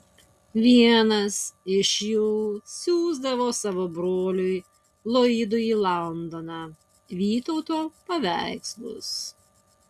vienas iš jų siųsdavo savo broliui loydui į londoną vytauto paveikslus